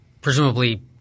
presumably